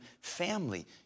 family